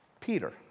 Peter